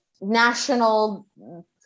national